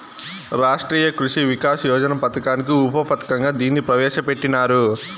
రాష్ట్రీయ కృషి వికాస్ యోజన పథకానికి ఉప పథకంగా దీన్ని ప్రవేశ పెట్టినారు